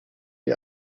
die